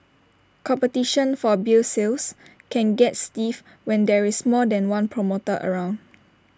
competition for beer sales can get stiff when there is more than one promoter around